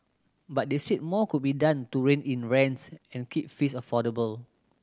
but they said more could be done to rein in rents and keep fees affordable